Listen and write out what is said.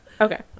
okay